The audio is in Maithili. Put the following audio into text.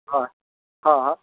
हँ हँ हँ